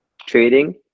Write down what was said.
trading